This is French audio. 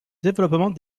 développement